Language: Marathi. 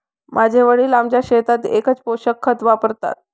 माझे वडील आमच्या शेतात एकच पोषक खत वापरतात